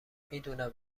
میدونم